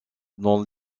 dans